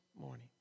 morning